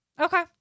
Okay